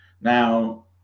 now